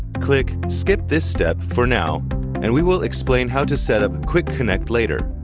click skip this step for now and we will explain how to set up quickconnect later.